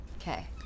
Okay